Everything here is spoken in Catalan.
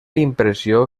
impressió